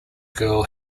girl